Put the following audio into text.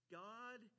god